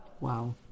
wow